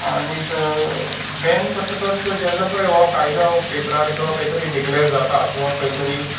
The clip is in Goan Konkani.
आनीक बेन करतकच जेन्ना पय हो कायदो पेपरार किंवा खंय तरी डिकलेर जाता किंवा खंय तरी